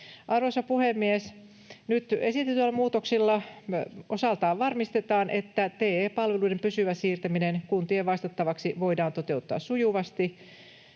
Arvoisa puhemies! Nyt esitetyillä muutoksilla me osaltaan varmistetaan, että TE-palveluiden pysyvä siirtäminen kuntien vastattavaksi voidaan toteuttaa sujuvasti.